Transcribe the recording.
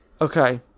Okay